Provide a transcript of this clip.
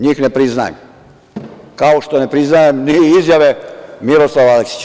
Njih ne priznajem, kao što ne priznajem ni izjave Miroslava Aleksića.